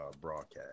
broadcast